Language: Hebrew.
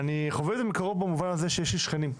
אני חווה את זה מקרוב במובן הזה שיש לי שכנים,